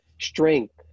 strength